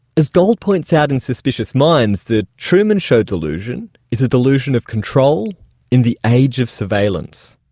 as gold points out in suspicious minds, the truman show delusion is a delusion of control in the age of surveillance.